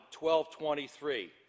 12.23